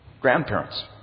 grandparents